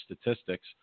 statistics